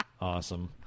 awesome